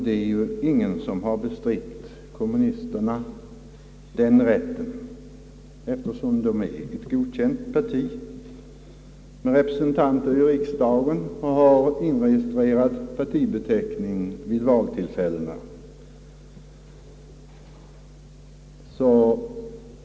Det är ingen som har bestridit att kommunisterna har den rätten, eftersom de är ett godkänt parti med representanter i riksdagen och har inregistrerad partibeteckning vid valtillfällena.